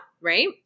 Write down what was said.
right